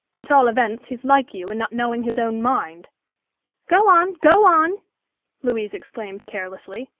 at all events, he's like you in not knowing his own mind go on! go on louise exclaimed carelessly.